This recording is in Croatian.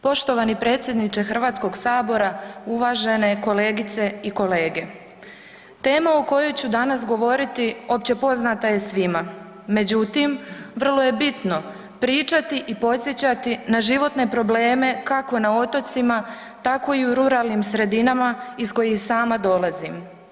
Poštovani predsjedniče Hrvatskog sabora, uvažene kolegice i kolege, teme o kojoj ću danas govoriti općepoznata je svima međutim vrlo je bitno pričati i podsjećati na životne probleme kako na otocima tako i u ruralnim sredinama iz kojih sama dolazim.